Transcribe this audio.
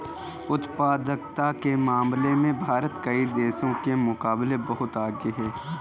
उत्पादकता के मामले में भारत कई देशों के मुकाबले बहुत आगे है